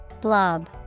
Blob